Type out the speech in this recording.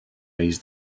reis